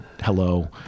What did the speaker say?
hello